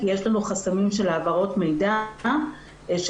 כי יש לנו חסמים של העברות מידע שכבר